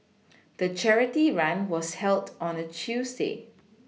the charity run was held on a Tuesday